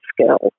skills